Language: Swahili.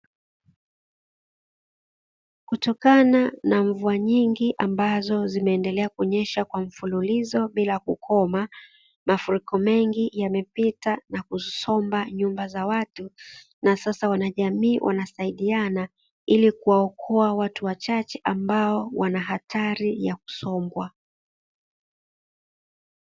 Kutokana na mvua nyingi ambazo zimeendelea kunyesha kwa mfululizo bila kukoma, mafuriko mengi yamepita na kusomba nyumba za watu, na sasa wanajamii wanasaidiana, ili kuwaokoa watu wachache ambao wana hatari ya kusombwa.